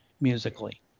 musically